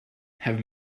have